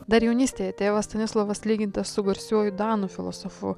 dar jaunystėje tėvas stanislovas lygintas su garsiuoju danų filosofu